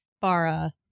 Bara